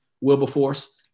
Wilberforce